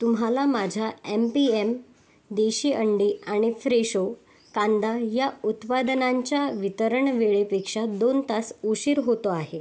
तुम्हाला माझ्या M P M देशी अंडी आणि फ्रेशो कांदा या उत्पादनांच्या वितरण वेळेपेक्षा दोन तास उशीर होतो आहे